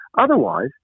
Otherwise